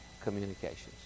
communications